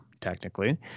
technically